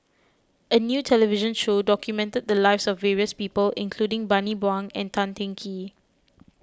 a new television show documented the lives of various people including Bani Buang and Tan Teng Kee